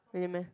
really meh